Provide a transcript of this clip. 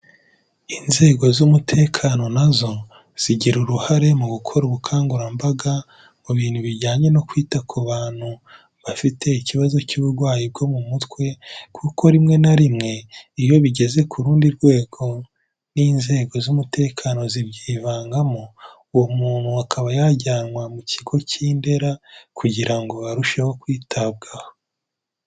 Inzego z'umutekano na zo zigira uruhare mu gukora ubukangurambaga mu bintu bijyanye no kwita ku bantu bafite ikibazo cy'uburwayi bwo mu mutwe kuko rimwe na rimwe iyo bigeze ku rundi rwego n'inzego z'umutekano zibyivangamo, uwo muntu akaba yajyanwa mu kigo cy'i Ndera kugira ngo arusheho kwitabwaho.